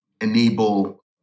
enable